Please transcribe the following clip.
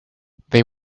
they